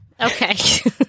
Okay